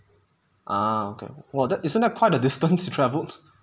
ah okay !wah! isn't that quite a distance to travelled